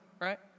right